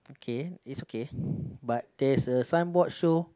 okay it's okay but there's a sign board show